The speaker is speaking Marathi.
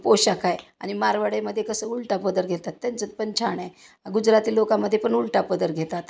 पोशाख आहे आणि मारवाडीमध्ये कसं उलटा पदर घेतात त्यांच्यात पण छान आहे गुजराती लोकामध्ये पण उलटा पदर घेतात